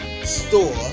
store